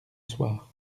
soir